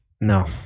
No